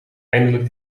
eindelijk